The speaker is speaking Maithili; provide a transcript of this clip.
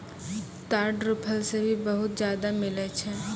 ताड़ रो फल से भी बहुत ज्यादा मिलै छै